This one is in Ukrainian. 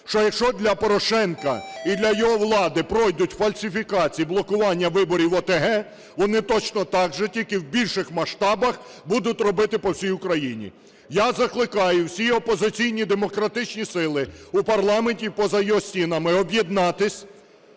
що якщо для Порошенка і для його влади пройдуть фальсифікації, блокування виборів в ОТГ, вони точно так же, тільки в більших масштабах, будуть робити по всій Україні. Я закликаю всі опозиційні демократичні сили у парламенті й поза його стінами об'єднати